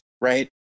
right